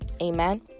Amen